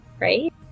right